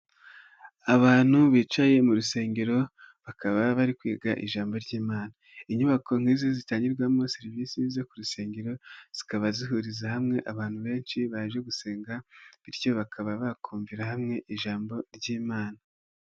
Abantu bicaye mu rusengero bakaba bari kwiga ijambo ry'Imana, inyubako nk'izi zitangirwamo serivisi zo ku rusengero zikaba zihuriza hamwe abantu benshi baje gusenga bityo bakaba bakumvira hamwe ijambo ry'Imana.